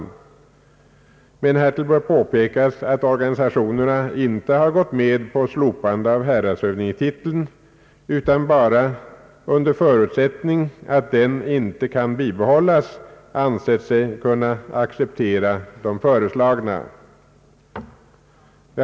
Härmed vill jag påpeka att organisationerna inte gått med på ett obetingat slopande av häradshövdingetiteln, utan endast under förutsättning att den inte kan bibehållas ansett sig kunna acceptera de föreslagna titlarna.